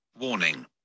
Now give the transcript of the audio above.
Warning